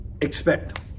expect